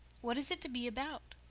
what is it to be about?